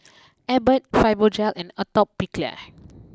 Abbott Fibogel and Atopiclair